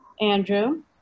Andrew